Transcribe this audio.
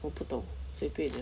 我不懂随便你 ah